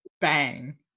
bang